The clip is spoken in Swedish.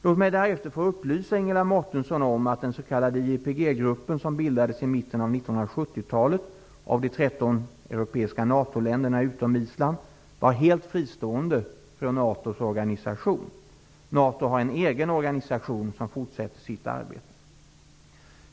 Låt mig därefter få upplysa Ingela Mårtensson om att den s.k. IEPG-gruppen som bildades i mitten av 1970-talet av de 13 europeiska NATO-länderna förutom Island, var helt fristående från NATO:s organisation. NATO har en egen organisation som fortsätter sitt arbete.